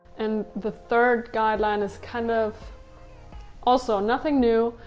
and the third guideline is kind of also nothing new.